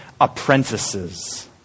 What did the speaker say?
apprentices